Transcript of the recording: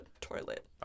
toilet